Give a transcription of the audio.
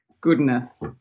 goodness